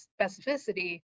specificity